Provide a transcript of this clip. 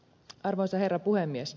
arvoisa herra puhemies